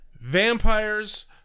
Vampires